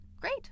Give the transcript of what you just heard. Great